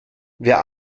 wer